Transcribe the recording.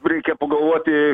reikia pagalvoti